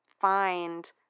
find